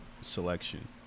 selection